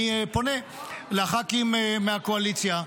אני פונה לח"כים מהקואליציה,